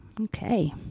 Okay